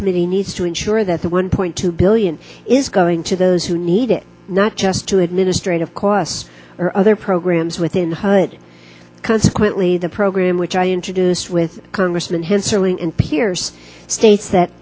committee needs to ensure that the one point two billion is going to those who need it not just to administrative costs or other programs within the consequently the program which i introduced with congressman hensarling and piers states that